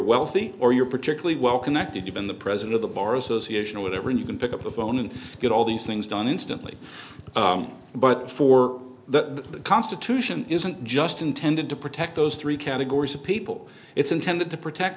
wealthy or you're particularly well connected even the president of the bar association with every you can pick up a phone and get all these things done instantly but for the constitution isn't just intended to protect those three categories of people it's intended to protect